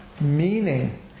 meaning